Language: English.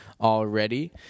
already